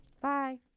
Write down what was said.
Bye